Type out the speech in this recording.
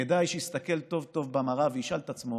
כדאי שיסתכל טוב טוב במראה וישאל את עצמו